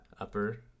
upper